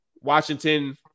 Washington